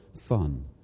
fun